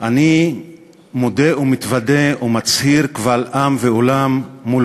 אני מודה ומתוודה ומצהיר קבל עם ועולם מול